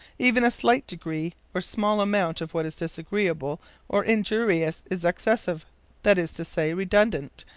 even a slight degree or small amount of what is disagreeable or injurious is excessive that is to say, redundant,